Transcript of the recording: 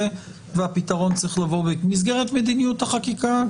והפתרון צריך לבוא במסגרת מדיניות החקיקה,